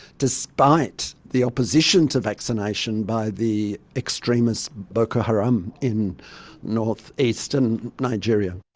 despite the opposition to vaccination by the extremist boko haram in north-eastern nigeria.